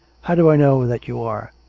how do i know that you are?